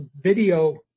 video